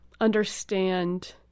understand